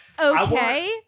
Okay